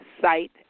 site